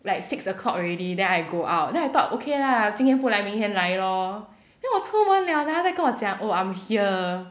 like six o'clock already then I go out then I thought okay lah 今天不来明天来 lor then 我出门了他才跟我讲 oh I'm here